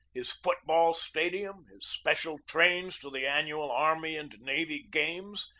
his foot ball stadium, his special trains to the annual army and navy games,